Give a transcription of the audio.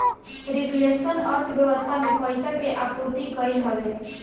reflection अर्थव्यवस्था में पईसा के आपूर्ति कईल हवे